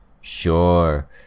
Sure